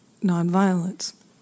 nonviolence